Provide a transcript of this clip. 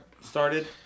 started